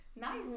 nice